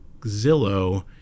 Zillow